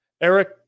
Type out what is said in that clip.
Eric